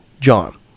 John